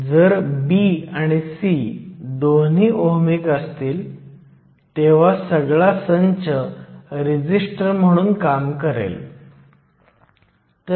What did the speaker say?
तर भाग बी आपल्याला इम्पुरिटीची कॉन्सन्ट्रेशन निश्चित करणे आवश्यक आहे आपण प्रत्यक्षात तसे केले